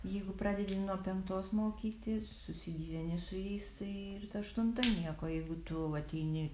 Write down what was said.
jeigu pradedi nuo penktos mokytis susigyveni su jais tai ir ta aštunta nieko jeigu tu ateini